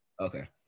Okay